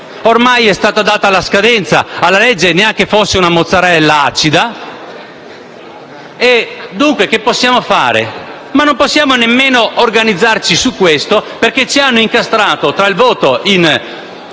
Oramai era stata data la scadenza alla legge, neanche fosse una mozzarella acida. Che cosa potevamo fare? Non possiamo, poi, neanche organizzarci su questo perché ci hanno incastrato, tra il voto in